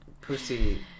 pussy